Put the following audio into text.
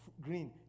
green